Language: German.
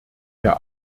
der